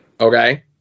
okay